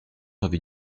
avait